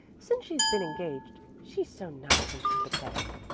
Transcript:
since she's been engaged she's so nice and sympathetic.